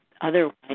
otherwise